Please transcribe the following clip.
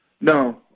No